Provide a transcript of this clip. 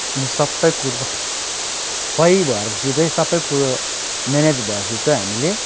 अनि सबै कुरो सही भएपछि चाहिँ सबै कुरो म्यानेज भएपछि चाहिँ हामीले